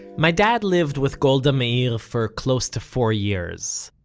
my dad lived with golda meir for close to four years,